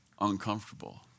uncomfortable